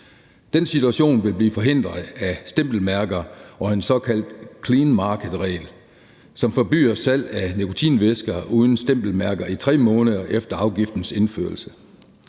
Den situation vil blive forhindret af stempelmærker og en såkaldt clean marked-regel, som forbyder salg af nikotinvæsker uden stempelmærker i 3 måneder efter afgiftens indførsel.